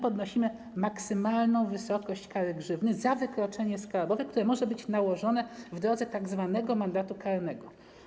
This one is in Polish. Podnosimy maksymalną wysokość kary grzywny za wykroczenie skarbowe, która może być nałożona w drodze tzw. mandatu karnego.